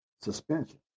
suspension